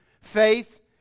faith